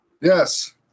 yes